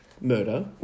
murder